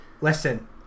listen